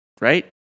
Right